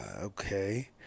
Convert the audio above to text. Okay